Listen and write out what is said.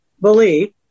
belief